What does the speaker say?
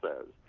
says